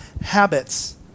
habits